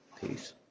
Peace